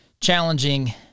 challenging